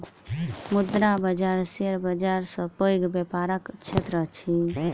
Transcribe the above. मुद्रा बाजार शेयर बाजार सॅ पैघ व्यापारक क्षेत्र अछि